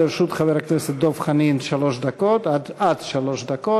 לרשות חבר הכנסת דב חנין עד שלוש דקות,